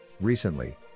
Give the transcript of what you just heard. Recently